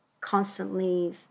constantly